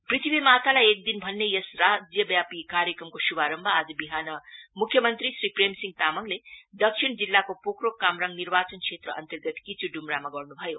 पृथ्वी मातालाई एक दिन भन्ने यस राज्यव्यापी कार्यक्रमको शुभारम्भ आज बिहान मुख्य मंत्री श्री प्रेम सिंह तामाङले दक्षिण जिल्लाको पोक्लोक कामराङ निर्वाचन क्षेत्रअन्तर्गत किचु टुमरामा गर्नु भयो